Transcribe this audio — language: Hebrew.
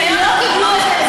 הם לא קיבלו היתר.